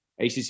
ACC